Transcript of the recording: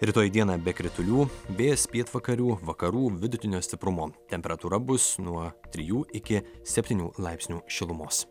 rytoj dieną be kritulių vėjas pietvakarių vakarų vidutinio stiprumo temperatūra bus nuo trijų iki septynių laipsnių šilumos